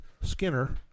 Skinner